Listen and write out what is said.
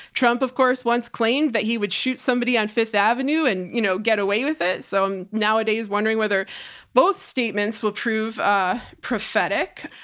trump of course once claimed that he would shoot somebody on fifth avenue and you know, get away with it. so um nowadays wondering whether both statements will prove ah prophetic.